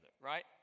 right